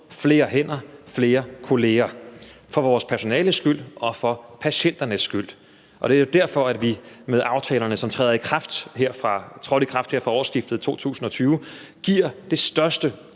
flere hænder, flere kolleger for vores personales skyld og for patienternes skyld. Det er jo derfor, vi med aftalerne, som trådte i kraft her fra årsskiftet 2020, giver det største